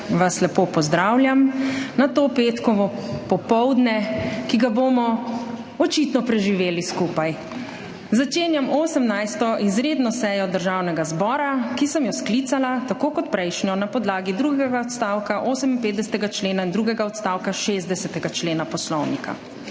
vas lepo pozdravljam na to petkovo popoldne, ki ga bomo očitno preživeli skupaj! Začenjam 18. izredno sejo Državnega zbora, ki sem jo sklicala, tako kot prejšnjo, na podlagi drugega odstavka 58. člena, drugega odstavka 60. člena Poslovnika